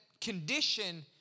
condition